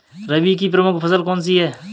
रबी की प्रमुख फसल कौन सी है?